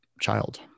child